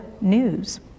news